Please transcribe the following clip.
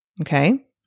Okay